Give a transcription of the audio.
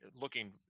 looking